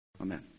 Amen